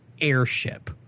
airship